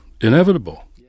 inevitable